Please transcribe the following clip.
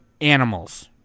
animals